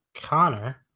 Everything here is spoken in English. Connor